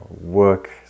work